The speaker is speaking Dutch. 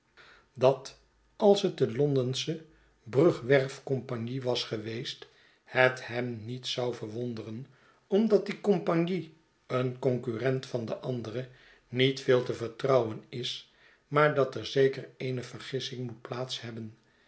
dat als het de londensche brug werf compagnie was geweest het hem niet zou verwonderen omdat die compagnie een concurrent van de andere niet veel te vertrouwen is maar dat er zeker eene vergissing moet plaats hebben